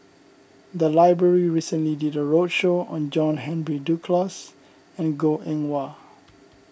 the library recently did a roadshow on John Henry Duclos and Goh Eng Wah